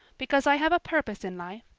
because i have a purpose in life.